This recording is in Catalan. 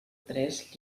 tres